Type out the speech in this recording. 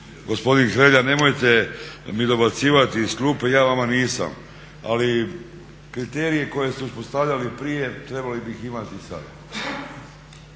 Gospodin Hrelja, nemojte mi dobacivati iz klupe, ja vama nisam. Ali kriterije koje ste uspostavljali prije trebali bi ih imati i sada.